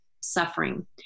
suffering